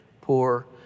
poor